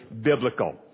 biblical